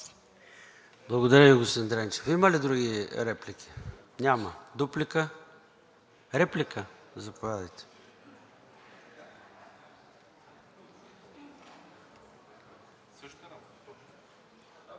Благодаря Ви, господин Дренчев. Има ли други реплики? Няма. Дуплика? Реплика? Заповядайте. ТАТЯНА